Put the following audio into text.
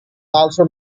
also